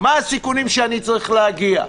מה הסיכונים שאני צריך להגיע אליהם.